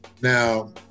Now